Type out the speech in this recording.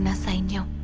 and sanju!